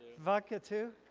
vodka too?